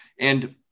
and-